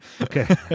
okay